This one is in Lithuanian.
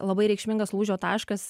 labai reikšmingas lūžio taškas